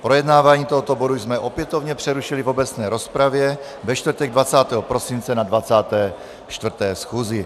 Projednávání tohoto bodu jsme opětovně přerušili v obecné rozpravě ve čtvrtek 20. prosince na 24. schůzi.